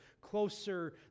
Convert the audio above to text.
closer